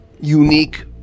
unique